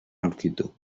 aurkitu